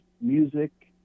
music